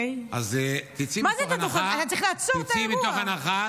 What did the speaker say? אז תצאי מתוך הנחה